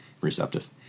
receptive